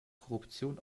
korruption